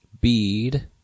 bead